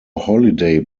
holiday